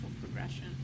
progression